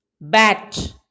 Bat